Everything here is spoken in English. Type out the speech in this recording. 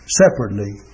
separately